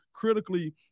critically